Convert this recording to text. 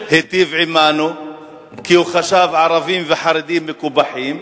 הוא היטיב עמנו כי הוא חשב שערבים וחרדים מקופחים,